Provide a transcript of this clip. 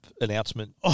announcement